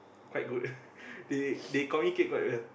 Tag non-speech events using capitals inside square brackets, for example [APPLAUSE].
quite good [LAUGHS] they they communicate quite well